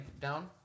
Down